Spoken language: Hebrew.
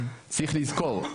צריך לזכור,